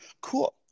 Cool